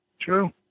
True